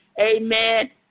amen